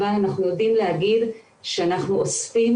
אבל אנחנו יודעים להגיד שאנחנו אוספים